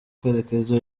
karekezi